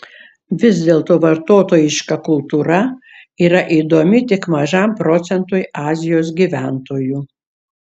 vis dėlto vartotojiška kultūra yra įdomi tik mažam procentui azijos gyventojų